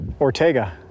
Ortega